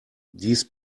dies